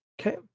okay